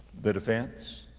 the defense,